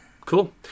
Cool